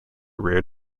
rare